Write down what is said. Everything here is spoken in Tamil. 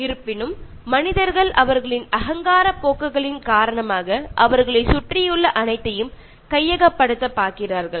இருப்பினும் மனிதர்கள் அவர்களின் அகங்காரப் போக்குகளின் காரணமாக அவர்களைச் சுற்றியுள்ள அனைத்தையும் கையகப்படுத்த பார்க்கிறார்கள்